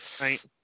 Right